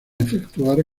efectuar